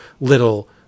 little